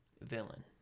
villain